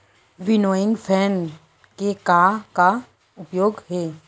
Winnowing fan के का का उपयोग हे?